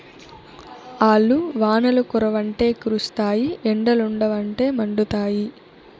ఆల్లు వానలు కురవ్వంటే కురుస్తాయి ఎండలుండవంటే మండుతాయి